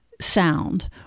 sound